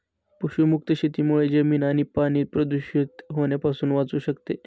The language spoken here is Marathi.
पशुमुक्त शेतीमुळे जमीन आणि पाणी प्रदूषित होण्यापासून वाचू शकते